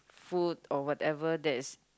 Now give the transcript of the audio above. food or whatever that is